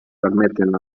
permeten